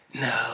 No